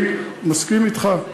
אני מסכים אתך,